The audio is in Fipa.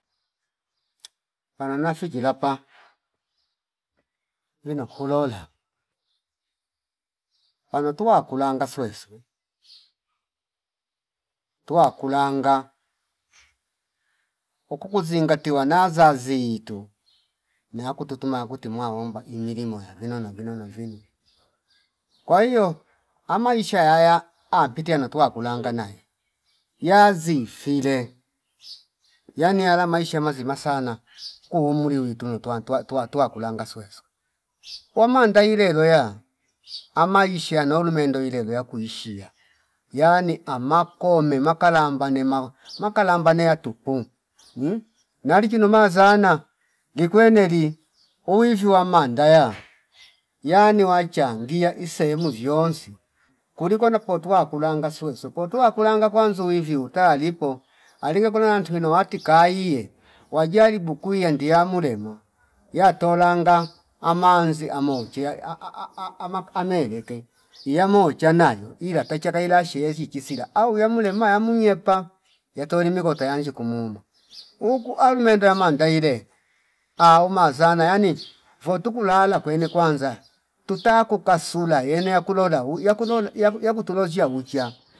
Pano na fiki lapa wina kulola pano tuwa kulanga sweswe tuwa kulanga ukuku zingatiwa nazazi zitu naya kutuma kuti mwaomba imilimo ya vino na vino na vino kwa hio ama maisha yaya ampite tuwakulanga naye yazifile yani yala maisha mazima sana kuumuli wi tuno tuwa- tuwa- tuwakulanga swesw wamanda ile iloya ama maisha nolumende wilo lo yakuishia yani amakome makambala nema makalamba neya tupu mhh nalichino mazana likweneli uwivwa mandaya yani wachangia isehemu viyonsi kulikono kotwa kulanga sweswe potuwa kulanga kwanzu wivyu utalipo alike kolo yantwino wati kaie wajalibu kuyandia mulemo yatolanga ama manzi amochia amak amaelek iyamo chana nayo ila tacha kaileshe sichi chisila au yamulema yamuyepa yatolime kutoya yanji kumuma uku alumondo yamanda ilele aumazana yani votuku lala kwene kwanza tutaya kukasula yene akulola wi akulole yaku- yakutulozshia wucha